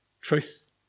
truth